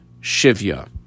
shivya